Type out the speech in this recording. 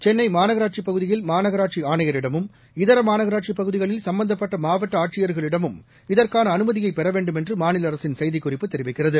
சென்னைமாநகராட்சிப் பகுதியில் மாநகராட்சிஆணையரிடமும் இதரமாநகராட்சிப் பகுதிகளில் சம்பந்தப்பட்டமாவட்டஆட்சியர்களிடமும் இதற்கானஅனுமதியைபெறவேண்டுமென்றுமாநிலஅரசின் செய்திக்குறிப்பு தெரிவிக்கிறது